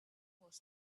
was